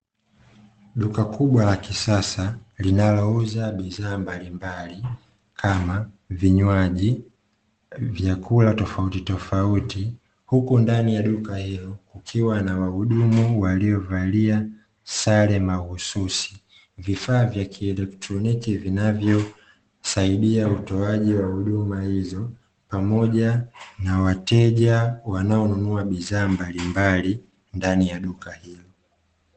Duka kubwa la kisasa linalouza bidhaa mbalimbali kama vinywaji, vyakula tofauti tofauti huku ndani ya duka hilo kukiwa na wahudumu waliyovalia sare mahususi. Vifaa vya kielektroniki vinavyosaidia utoaji wa huduma hizo pamoja na wateja wanaonunua bidhaa mbalimbali ndani ya duka hilo.